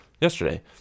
Yesterday